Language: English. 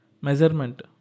Measurement